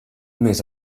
mes